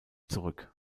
zurück